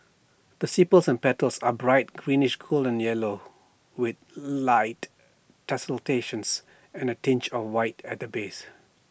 the sepals and petals are bright greenish golden yellow with light tessellations and A tinge of white at the base